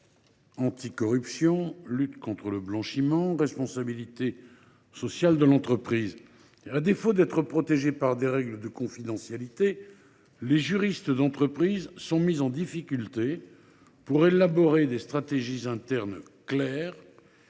anticorruption, lutte contre le blanchiment, responsabilité sociale des entreprises. À défaut d’être protégés par des règles de confidentialité, les juristes d’entreprise sont mis en difficulté s’agissant d’élaborer des stratégies internes claires.